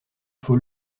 faut